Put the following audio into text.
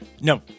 No